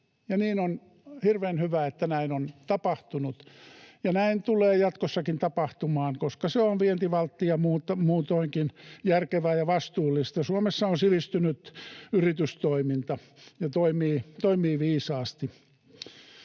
ja on hirveän hyvä, että näin on tapahtunut, ja näin tulee jatkossakin tapahtumaan, koska se on vientivaltti ja muutoinkin järkevää ja vastuullista. Suomessa yritystoiminta on sivistynyttä, ja se toimii viisaasti.